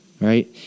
Right